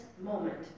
moment